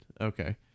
Okay